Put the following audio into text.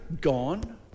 gone